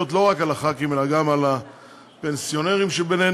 לא רק על חברי הכנסת אלא גם על הפנסיונרים שבינינו,